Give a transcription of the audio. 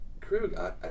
Krug